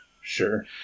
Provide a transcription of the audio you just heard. Sure